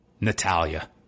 Natalia